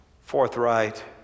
forthright